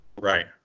Right